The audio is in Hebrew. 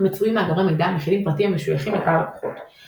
מצויים מאגרי מידע המכילים פרטים המשויכים לקהל הלקוחות,